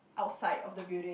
outside of the building